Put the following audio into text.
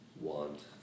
want